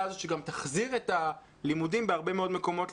הזאת שגם תחזיר את הלימודים לסדרם בהרבה מאוד מקומות.